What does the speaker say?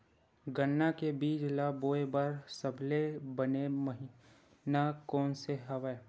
गन्ना के बीज ल बोय बर सबले बने महिना कोन से हवय?